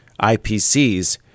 IPCs